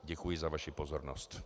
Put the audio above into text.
Děkuji za vaši pozornost.